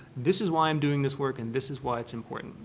this is why i'm doing this work and this is why it's important.